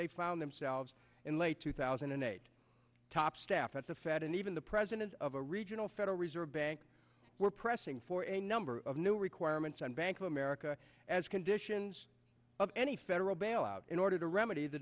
they found themselves in late two thousand and eight top staff at the fed and even the presidents of a regional federal reserve bank were pressing for a number of new requirements on bank of america as conditions of any federal bailout in order to remedy the